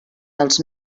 dels